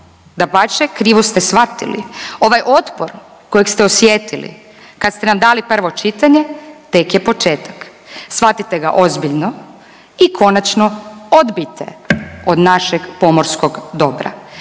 Dapače krivo ste shvatili. Ovaj otpor kojeg ste osjetili kad ste nam dali prvo čitanje tek je početak. Shvatite ga ozbiljno i konačno odbijte od našeg pomorskog dobra.